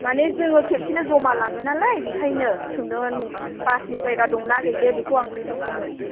मानि जोङो खेबसेनो जमा लाङो नालाय बेखायनो सोंदोंमोन बासनि जायगा दंना गैले बेखौ आं खोन्थाहरगौमोन